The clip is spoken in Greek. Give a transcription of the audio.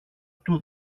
του